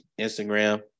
Instagram